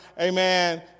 Amen